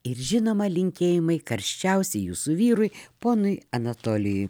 ir žinoma linkėjimai karščiausi jūsų vyrui ponui anatolijui